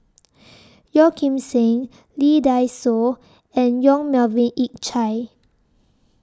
Yeo Kim Seng Lee Dai Soh and Yong Melvin Yik Chye